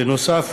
בנוסף,